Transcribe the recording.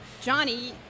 Johnny